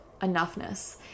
enoughness